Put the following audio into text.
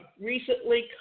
recently